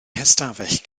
hystafell